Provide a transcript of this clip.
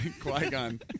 qui-gon